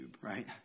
right